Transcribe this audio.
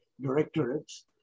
directorates